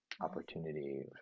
opportunity